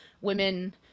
women